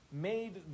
made